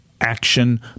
Action